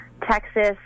Texas